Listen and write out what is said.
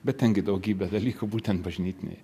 bet ten gi daugybė dalykų būtent bažnytiniai